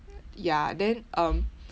ya then um